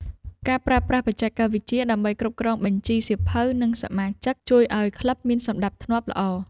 ការប្រើប្រាស់បច្ចេកវិទ្យាដើម្បីគ្រប់គ្រងបញ្ជីសៀវភៅ និងសមាជិក ជួយឱ្យក្លឹបមានសណ្ដាប់ធ្នាប់ល្អ។